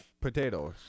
Potatoes